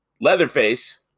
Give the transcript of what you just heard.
leatherface